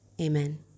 Amen